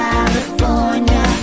California